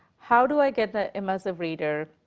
how do i get the immersive reader,